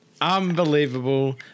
Unbelievable